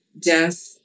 death